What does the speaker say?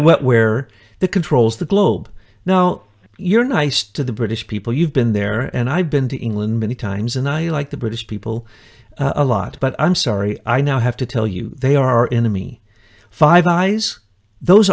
where the controls the globe know you're nice to the british people you've been there and i've been to england many times and i like the british people a lot but i'm sorry i now have to tell you they are in the me five eyes those